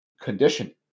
condition